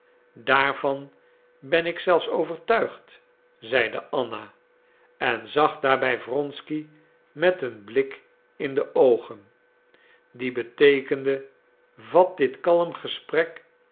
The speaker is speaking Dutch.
daarvan ben ik zelfs overtuigd zeide anna en zag daarbij wronsky met een blik in de oogen die beteekende vat dit kalm gesprek